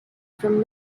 from